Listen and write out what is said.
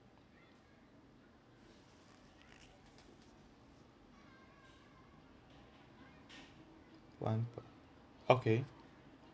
ah okay